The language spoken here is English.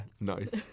nice